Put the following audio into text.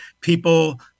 people